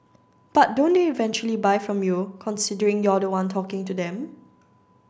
but don't they eventually buy from you considering you're the one talking to them